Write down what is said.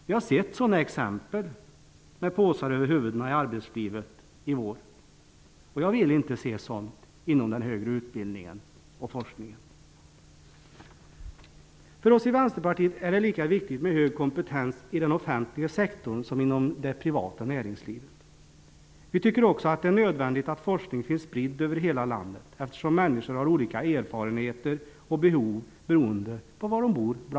Vi har sett sådana exempel, med påsar över huvudena, i arbetslivet i vår. Jag vill inte se sådant inom den högre utbildningen och forskningen. För oss i Vänsterpartiet är det lika viktigt med hög kompetens i den offentliga sektorn som inom det privata näringslivet. Vi tycker också att det är nödvändigt att forskningen finns spridd över hela landet, eftersom människor har olika erfarenheter, bl.a. beroende på var de bor.